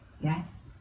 yes